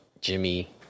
Jimmy